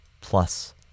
plus